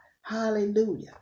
Hallelujah